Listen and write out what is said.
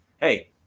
hey